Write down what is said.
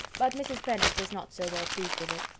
but mrs. bennet was not so well pleased with it.